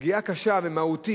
פגיעה קשה ומהותית,